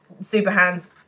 Superhands